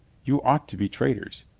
you ought to be traitors.